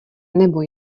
nebo